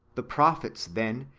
the prophets, then,